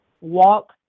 walk